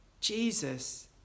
Jesus